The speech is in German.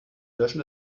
löschen